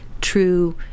true